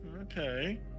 Okay